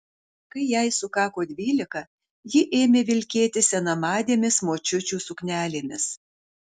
kai jai sukako dvylika ji ėmė vilkėti senamadėmis močiučių suknelėmis